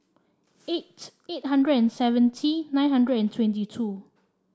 eight eight hundred and seventy nine hundred and twenty two